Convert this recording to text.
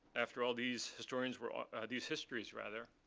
after all, these historians were these histories, rather,